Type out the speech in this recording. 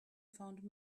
found